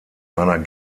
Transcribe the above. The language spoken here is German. einer